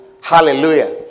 Hallelujah